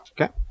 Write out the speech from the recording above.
Okay